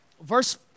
Verse